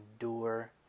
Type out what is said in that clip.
endure